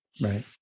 Right